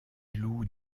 loup